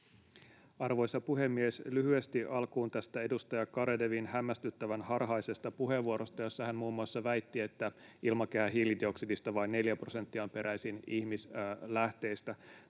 Arvoisa puhemies! Lyhyesti alkuun tästä edustaja Garedewin hämmästyttävän harhaisesta puheenvuorosta, jossa hän muun muassa väitti, että ilmakehän hiilidioksidista vain neljä prosenttia on peräisin ihmislähteistä.